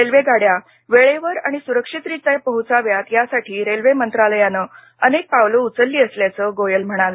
रेल्वेगाड्या वेळेवर आणि सुरक्षितरीत्या पोहोचाव्यात यासाठी रेल्वे मंत्रालयानं अनेक पावलं उचलली असल्याचं गोयल म्हणाले